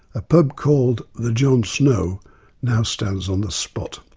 a pub called the john snow now stands on the spot.